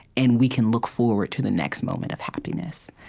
and we can look forward to the next moment of happiness.